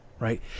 right